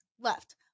left